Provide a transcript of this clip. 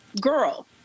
girl